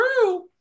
true